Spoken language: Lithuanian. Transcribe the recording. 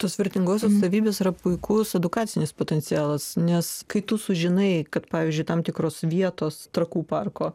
tos vertingosios savybės yra puikus edukacinis potencialas nes kai tu sužinai kad pavyzdžiui tam tikros vietos trakų parko